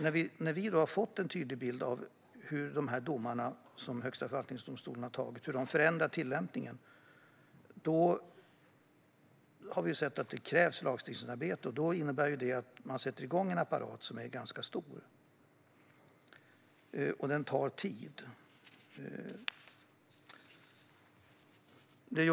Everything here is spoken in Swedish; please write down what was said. När vi har fått en tydlig bild av hur domarna från Högsta förvaltningsdomstolen förändrar tillämpningen har vi sett att det krävs ett lagstiftningsarbete. Det innebär att man sätter igång en apparat som är ganska stor och som tar tid.